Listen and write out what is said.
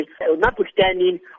notwithstanding